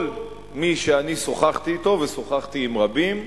כל מי שאני שוחחתי אתו, ושוחחתי עם רבים,